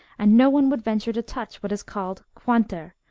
and no one would venture to touch what is called quanter,